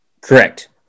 Correct